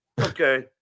Okay